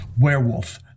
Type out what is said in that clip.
Werewolf